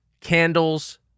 candles